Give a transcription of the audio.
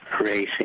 racing